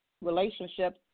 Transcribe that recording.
relationships